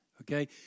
okay